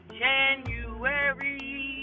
january